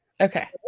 Okay